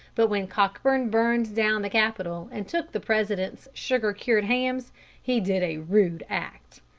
but when cockburn burned down the capitol and took the president's sugar-cured hams he did a rude act.